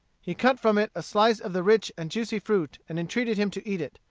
he cut from it a slice of the rich and juicy fruit, and entreated him to eat it.